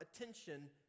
attention